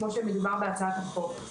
כמו שמדובר בהצעת החוק.